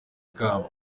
ikamba